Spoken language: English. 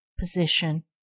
position